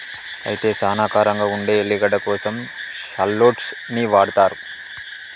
అయితే సానా కారంగా ఉండే ఎల్లిగడ్డ కోసం షాల్లోట్స్ ని వాడతారు